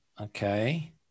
Okay